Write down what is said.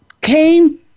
came